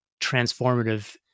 transformative